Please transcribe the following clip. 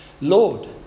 lord